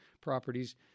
properties